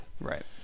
Right